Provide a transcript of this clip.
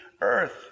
earth